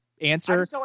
answer